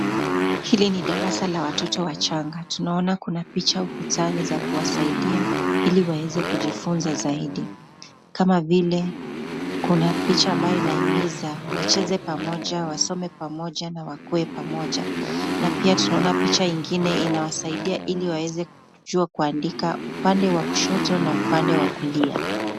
Hili ni darasa la watoto wachanga tunaona kuna picha ukutani za kuwasaidia ili waweze kujifunza zaidi kama vile kuna picha ambayo inahimiza wacheze pamoja, wacheze pamoja na wakuwe pamoja na pia tunaona picha ingine inawasaidia ili waweze kujua kuandika upande wa kushoto na upande wa kulia.